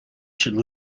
should